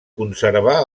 conservà